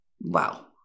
wow